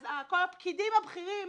אז לכל הפקידים הבכירים,